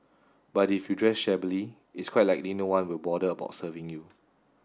but if you dress shabbily it's quite likely no one will bother about serving you